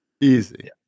Easy